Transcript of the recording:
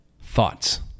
Thoughts